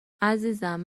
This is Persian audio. عزیزم